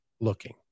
looking